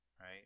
Right